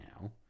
now